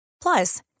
Plus